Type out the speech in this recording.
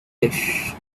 dish